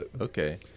Okay